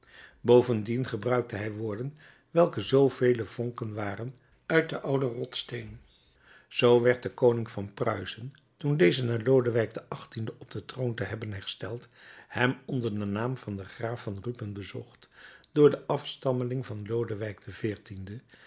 bovendien gebruikte hij woorden welke zoovele vonken waren uit den ouden rotssteen zoo werd de koning van pruisen toen deze na lodewijk xviii op den troon te hebben hersteld hem onder den naam van graaf van rupen bezocht door den afstammeling van lodewijk xiv